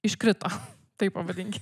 iškrito taip pavadinkim